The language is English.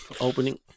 opening